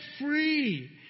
free